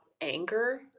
anger